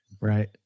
right